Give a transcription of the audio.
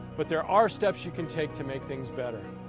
but there are steps you can take to make things better.